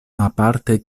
aparte